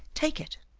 take it.